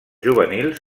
juvenils